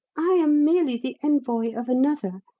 i am merely the envoy of another.